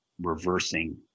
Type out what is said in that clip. reversing